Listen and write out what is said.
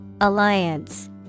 Alliance